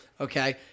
Okay